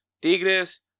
Tigres